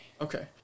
Okay